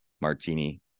martini